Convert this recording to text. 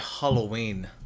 halloween